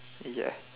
ya